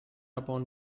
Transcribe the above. upon